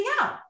out